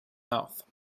mouth